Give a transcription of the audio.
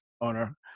owner